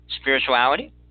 Spirituality